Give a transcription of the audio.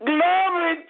Glory